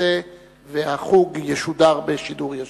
הנושא והחוג ישודרו בשידור ישיר.